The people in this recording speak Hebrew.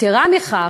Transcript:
ויתרה מכך,